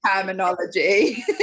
terminology